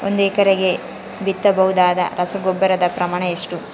ಒಂದು ಎಕರೆಗೆ ಬಿತ್ತಬಹುದಾದ ರಸಗೊಬ್ಬರದ ಪ್ರಮಾಣ ಎಷ್ಟು?